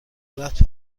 ذرت